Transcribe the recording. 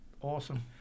awesome